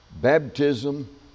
baptism